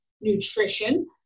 nutrition